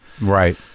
Right